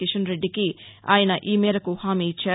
కిషన్రెడ్డికి ఆయన ఈ మేరకు హామీ ఇచ్చారు